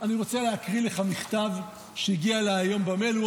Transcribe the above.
אני רוצה להקריא לך מכתב שהגיע אליי היום במייל,